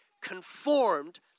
conformed